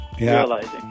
realizing